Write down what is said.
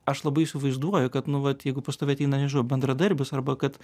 aš labai įsivaizduoju kad nu vat jeigu pas tave ateina nežinau bendradarbis arba kad